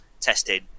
testing